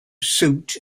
suit